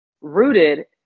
rooted